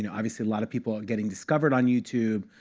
you know obviously, a lot of people getting discovered on youtube.